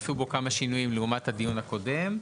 נעשו בו כמה שינויים לעומת הדיון הקודם.